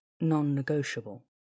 non-negotiable